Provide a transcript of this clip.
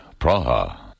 Praha